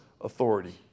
authority